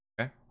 Okay